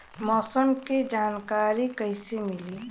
मौसम के जानकारी कैसे मिली?